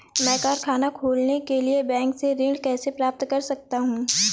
मैं कारखाना खोलने के लिए बैंक से ऋण कैसे प्राप्त कर सकता हूँ?